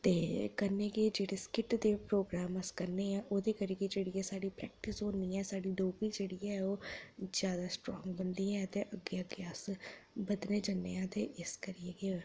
ते कन्नै गै जेह्ड़े स्किट दे प्रोग्राम अस करने आं ओह्दे करियै जेह्ड़ी एह् साढ़ी प्रैक्टिस होनी ऐ साढ़ी डोगरी जेह्ड़ी ऐ ओह् जैदा स्ट्रांग बनदी ऐ ते अग्गें अग्गें अस बधदे जन्ने आं ते इस करियै एह्